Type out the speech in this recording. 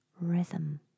rhythm